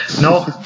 No